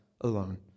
alone